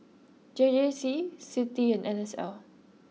J J C Citi and N S L